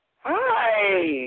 Hi